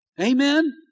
Amen